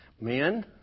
Men